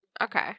Okay